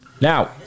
Now